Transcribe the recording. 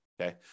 okay